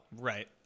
Right